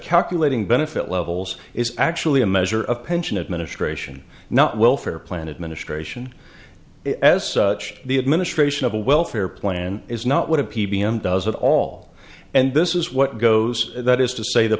calculating benefit levels is actually a measure of pension administration not welfare planted ministration as the administration of a welfare plan is not what a p b m does at all and this is what goes that is to say the